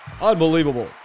Unbelievable